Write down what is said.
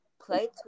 play